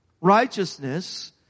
Righteousness